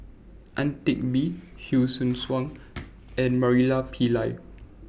Ang Teck Bee Hsu Tse Kwang and Murali Pillai